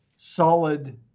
solid